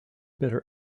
better